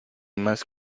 más